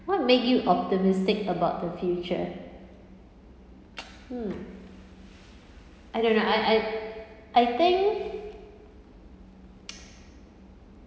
what make you optimistic about the future hmm I don't know I I I think